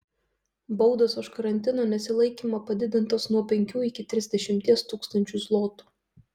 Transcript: baudos už karantino nesilaikymą padidintos nuo penkių iki trisdešimties tūkstančių zlotų